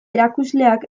erakusleak